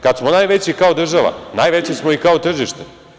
Kad smo najveći kao država, najveći smo i kao tržište.